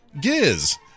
giz